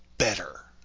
Better